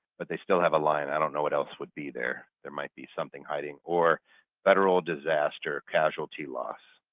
but they still have a line, i don't know what else would be there. there might be something hiding. or federal disaster, casualty loss.